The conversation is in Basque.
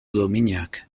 dominak